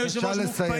אדוני היושב-ראש,